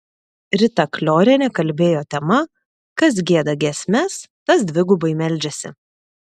rita kliorienė kalbėjo tema kas gieda giesmes tas dvigubai meldžiasi